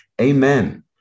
Amen